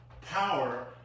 power